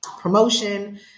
promotion